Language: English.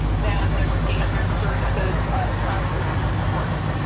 than their standard services of child abuse report.